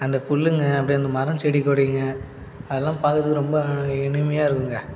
அந்த புல்லுங்கள் அப்படியே அந்த மரம் செடி கொடிங்க அதெல்லாம் பார்க்கறதுக்கு ரொம்ப இனிமையாக இருக்குங்க